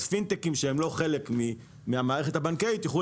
אז "פינטקים" שהם לא חלק מהמערכת הבנקאית יוכלו